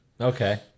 Okay